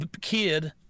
kid